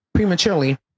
prematurely